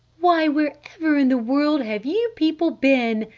why wherever in the world have you people been?